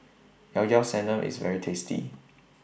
Llao Llao Sanum IS very tasty